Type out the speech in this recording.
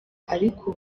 ariko